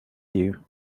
you